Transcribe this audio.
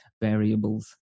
variables